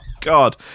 God